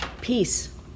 Peace